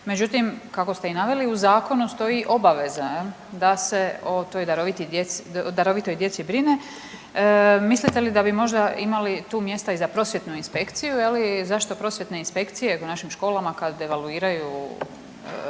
međutim kako ste i naveli u zakonu stoji obaveza da se o toj darovitoj djeci brine. Mislite li da bi možda imali tu mjesta i za prosvjetnu inspekciju? Zašto prosvjetne inspekcije u našim školama kad evaluiraju